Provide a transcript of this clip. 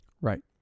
Right